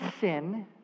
sin